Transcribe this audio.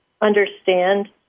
understand